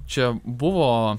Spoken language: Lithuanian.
čia buvo